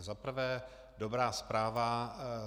Zaprvé dobrá zpráva.